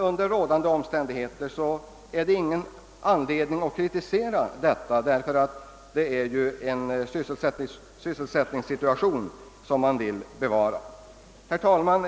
Under rådande omständigheter har jag dock ingen anledning att kritisera detta, eftersom syftet ju är att upprätthålla sysselsättningen. Herr talman!